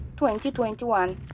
2021